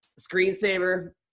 screensaver